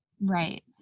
Right